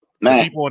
man